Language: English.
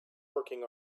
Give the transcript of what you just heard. working